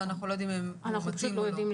אנחנו לא יודעים אם מאומתים או לא.